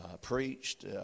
preached